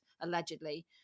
allegedly